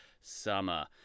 summer